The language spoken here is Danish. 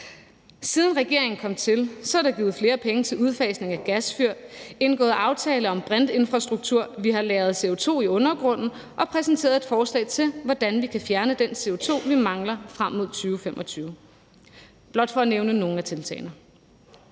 Siden regeringen kom til, er der givet flere penge til udfasning af gasfyr og indgået aftale om brintinfrastruktur, og vi har lagret CO2 i undergrunden og præsenteret et forslag til, hvordan vi kan fjerne den CO2, vi mangler at fjerne frem mod 2025 – blot for at nævne nogle af tiltagene.